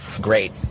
great